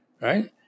Right